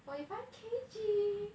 forty five K_G